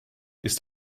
ist